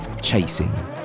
chasing